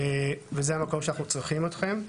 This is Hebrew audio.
וזה המקום שאנחנו צריכים אתכם.